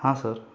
हां सर